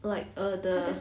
like err the